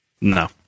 No